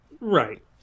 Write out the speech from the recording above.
right